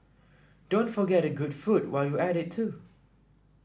don't forget the good food while you're at it too